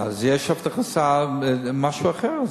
אז בהבטחת הכנסה יש משהו אחר.